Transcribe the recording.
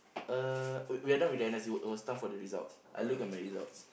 uh we we are done it was time for the results I look at my results